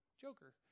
joker